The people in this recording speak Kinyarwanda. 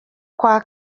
kwa